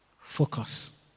Focus